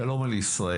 שלום על ישראל.